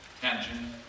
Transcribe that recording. tension